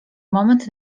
moment